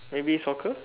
maybe soccer